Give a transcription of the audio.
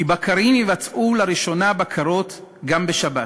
בַּקָרים יבצעו לראשונה בקרות גם בשבת.